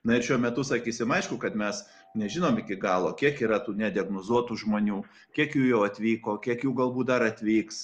na ir šiuo metu sakysim aišku kad mes nežinom iki galo kiek yra tų nediagnozuotų žmonių kiek jų jau atvyko kiek jų galbūt dar atvyks